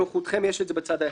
לנוחותכם יש את זה בצד האחד.